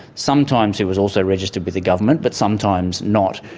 sometimes it was also registered with the government but sometimes not.